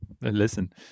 listen